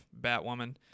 Batwoman